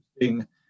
interesting